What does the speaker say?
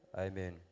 Amen